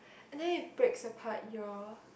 and then it breaks apart your